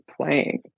playing